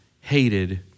hated